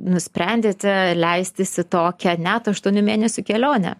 nusprendėte leistis į tokią net aštuonių mėnesių kelionę